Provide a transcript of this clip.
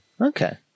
Okay